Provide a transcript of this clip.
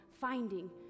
finding